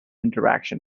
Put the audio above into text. interaction